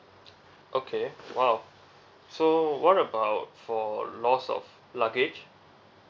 okay !wow! so what about for loss of luggage